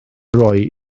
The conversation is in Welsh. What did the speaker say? rhoi